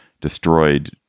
destroyed